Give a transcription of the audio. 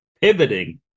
pivoting